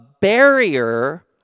barrier